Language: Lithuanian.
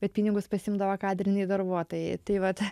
bet pinigus pasiimdavo kadriniai darbuotojai tai vat